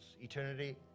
Eternity